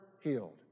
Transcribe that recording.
healed